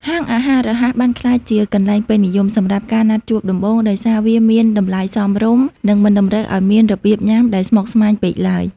ហាងអាហាររហ័សបានក្លាយជា «កន្លែងពេញនិយម» សម្រាប់ការណាត់ជួបដំបូង ដោយសារវាមានតម្លៃសមរម្យ និងមិនតម្រូវឱ្យមានរបៀបញ៉ាំដែលស្មុគស្មាញពេកឡើយ។